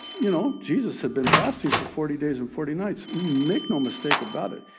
you know, jesus had been fasting for forty days and forty nights. make no mistake about it.